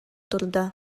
турда